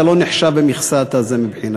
אתה לא נחשב במכסה הזאת מבחינתי.